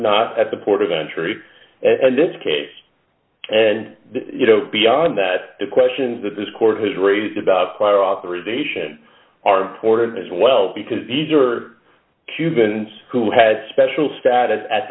not at the port of entry and this case and you know beyond that the questions that this court has raised about prior authorization are important as well because these are cubans who had special status at